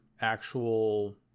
actual